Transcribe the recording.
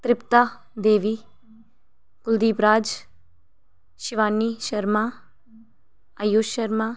Tripta Devi Kuldeep Raj Shivani Sharma Ayush Sharma